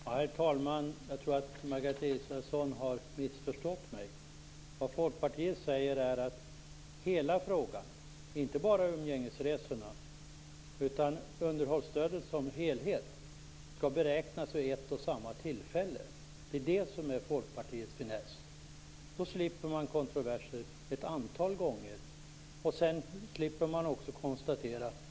Herr talman! Jag tror att Margareta Israelsson har missförstått mig. Vad Folkpartiet säger är att hela beräkningen, inte bara vad gäller umgängesresorna utan underhållsstödet som helhet, skall göras vid ett och samma tillfälle. Det är det som är Folkpartiets finess. Då slipper man kontroverser ett antal gånger.